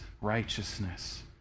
righteousness